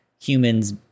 humans